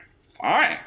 fine